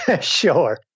Sure